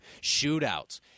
Shootouts